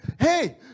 hey